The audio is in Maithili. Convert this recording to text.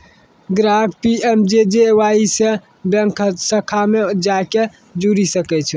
ग्राहक पी.एम.जे.जे.वाई से बैंक शाखा मे जाय के जुड़ि सकै छै